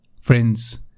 Friends